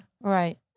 Right